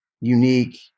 unique